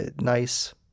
nice